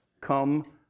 come